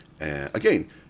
Again